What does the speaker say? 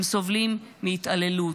הם סובלים מהתעללות,